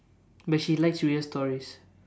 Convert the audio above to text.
but she likes to hear stories